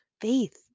faith